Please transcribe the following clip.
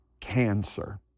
cancer